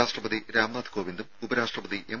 രാഷ്ട്രപതി രാംനാഥ് കോവിന്ദും ഉപരാഷ്ട്രപതി എം